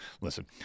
listen